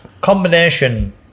Combination